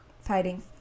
fighting